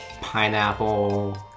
pineapple